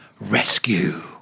rescue